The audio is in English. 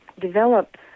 develop